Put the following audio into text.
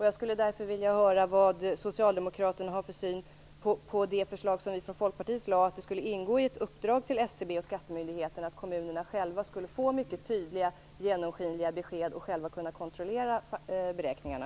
Jag skulle därför vilja höra vad socialdemokraterna har för syn på det förslag som vi från Folkpartiet lade fram, att det skulle ingå i ett uppdrag till SCB och skattemyndigheterna att kommunerna skulle få mycket tydliga besked med stor genomskinlighet för att de själva skulle kunna kontrollera beräkningarna.